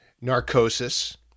narcosis